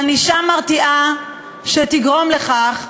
ענישה מרתיעה שתגרום לכך,